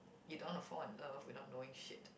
you don't wanna fall in love without knowing shit